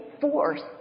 force